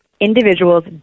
individuals